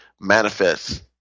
manifests